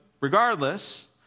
regardless